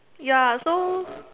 ya so